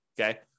okay